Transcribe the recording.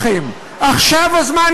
זו ההזדמנות שלכם.